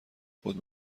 خود